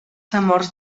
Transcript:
temors